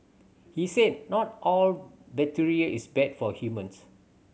he said not all bacteria is bad for humans